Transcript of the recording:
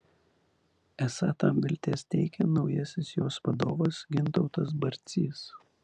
esą tam vilties teikia naujasis jos vadovas gintautas barcys